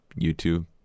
YouTube